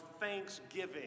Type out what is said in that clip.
thanksgiving